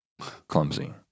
clumsy